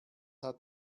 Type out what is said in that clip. hat